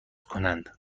کنند